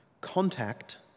Contact